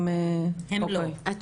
הם לא.